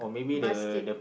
basket